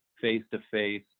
face-to-face